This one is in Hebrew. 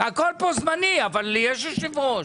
הכול פה זמני, אבל יש יושב-ראש.